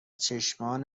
چشمان